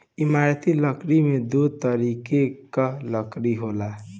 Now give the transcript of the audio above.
इमारती लकड़ी में दो तरीके कअ लकड़ी होला